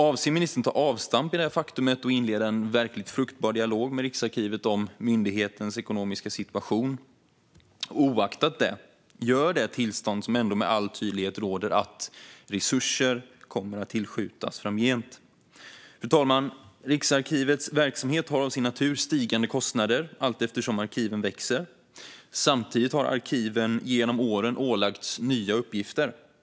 Avser ministern att ta avstamp i detta faktum och inleda en verkligt fruktbar dialog med Riksarkivet om myndighetens ekonomiska situation? Och oavsett det, gör det tillstånd som ändå med all tydlighet råder att resurser kommer att tillskjutas framgent? Fru talman! Riksarkivets verksamhet har på grund av sin natur stigande kostnader allteftersom arkiven växer. Samtidigt har arkiven genom åren ålagts nya uppgifter.